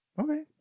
Okay